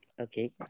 Okay